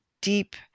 deep